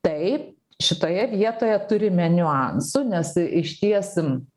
taip šitoje vietoje turime niuansų nes ištiesim